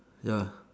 ya